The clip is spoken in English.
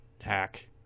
hack